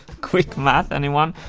quick math, anyone?